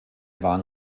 waren